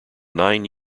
nine